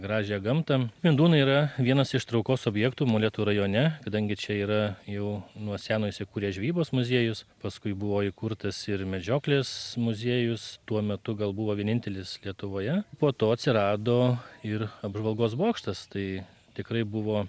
gražią gamtą mindūnai yra vienas iš traukos objektų molėtų rajone kadangi čia yra jau nuo seno įsikūręs žvejybos muziejus paskui buvo įkurtas ir medžioklės muziejus tuo metu gal buvo vienintelis lietuvoje po to atsirado ir apžvalgos bokštas tai tikrai buvo